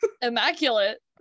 immaculate